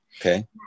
Okay